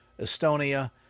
Estonia